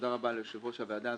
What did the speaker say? ליושב-ראש הוועדה,